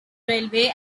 railway